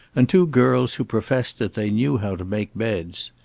and two girls who professed that they knew how to make beds.